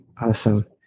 awesome